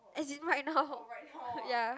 as in right now ya